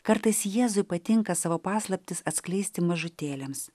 kartais jėzui patinka savo paslaptis atskleisti mažutėliams